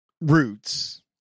Roots